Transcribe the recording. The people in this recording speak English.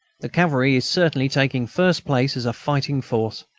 the cavalry is certainly taking first place as a fighting force.